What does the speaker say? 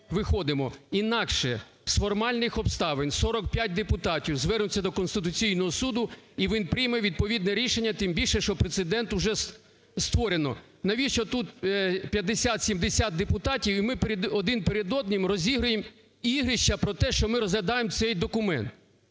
виходимо. Інакше з формальних обставин 45 депутатів звернуться до Конституційного Суду, і він прийме відповідне рішення, тим більше, що прецедент вже створено. Навіщо тут 50-70 депутатів, і ми один перед одним розігруємо ігрища про те, що ми розглядаємо цей документ?